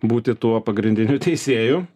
būti tuo pagrindiniu teisėju